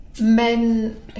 men